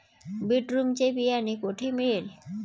Beetroot चे बियाणे कोठे मिळेल?